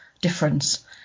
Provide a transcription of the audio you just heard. difference